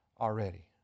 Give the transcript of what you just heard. already